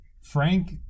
Frank